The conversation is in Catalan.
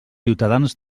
ciutadans